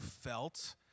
felt